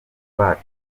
bacu